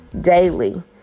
daily